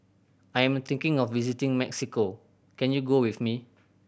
I am thinking of visiting Mexico can you go with me